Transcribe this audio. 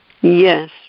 Yes